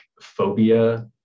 phobia